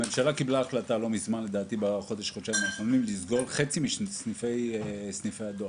הממשלה קיבלה החלטה בחודשיים האחרונים לסגור חצי מסניפי הדואר.